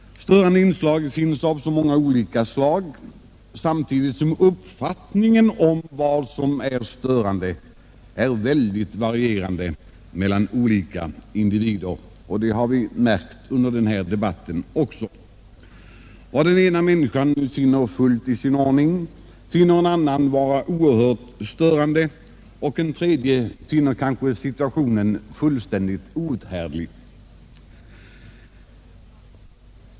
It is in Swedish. Störande inslag finns av så många olika slag, samtidigt som uppfattningen om vad som är störande är starkt varierande mellan olika individer. Det har vi märkt också under denna debatt. Vad den ena människan finner fullt i sin ordning finner en annan vara oerhört störande, och en tredje finner kanske situationen fullständigt outhärdlig.